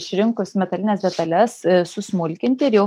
išrinkus metalines detales susmulkinti ir jau